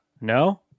No